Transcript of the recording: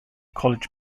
college